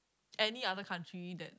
any other country that